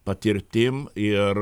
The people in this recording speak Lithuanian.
patirtim ir